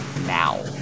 now